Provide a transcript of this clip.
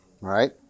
right